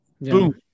boom